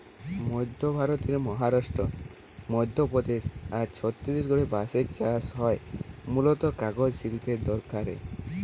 মধ্য ভারতের মহারাষ্ট্র, মধ্যপ্রদেশ আর ছত্তিশগড়ে বাঁশের চাষ হয় মূলতঃ কাগজ শিল্পের দরকারে